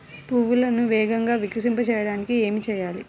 పువ్వులను వేగంగా వికసింపచేయటానికి ఏమి చేయాలి?